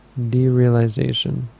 Derealization